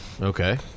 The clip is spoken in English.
Okay